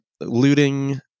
looting